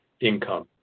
income